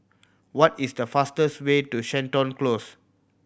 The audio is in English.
what is the fastest way to Seton Close